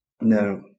No